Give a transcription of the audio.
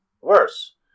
worse